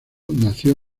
nació